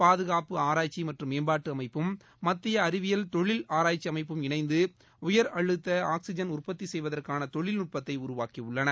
பாதுகாப்பு ஆராய்ச்சி மற்றும் மேம்பாட்டு அமைப்பும் மத்திய அறிவியல் தொழில் ஆராய்ச்சி அமைப்பும் இணைந்து உயர் அழுத்த ஆக்ஸிஜன் உற்பத்தி செய்வதற்கான தொழில்நுட்பத்தை உருவாக்கியுள்ளன